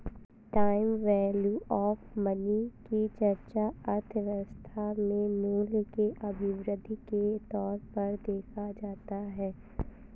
time value of money की चर्चा अर्थव्यवस्था में मूल्य के अभिवृद्धि के तौर पर देखा जाता है